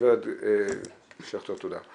גברת שכטר תודה.